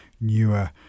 newer